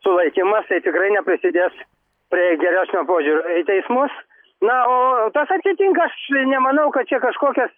sulaikymas tai tikrai neprasidės prie geresnio požiūrio į teismus na o tas atitinka aš nemanau kad čia kažkokios